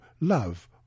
love